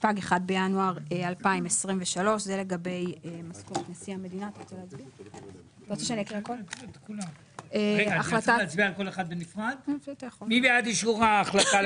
התשפ"ג (1 בינואר 2023). מי בעד אישור ההחלטה,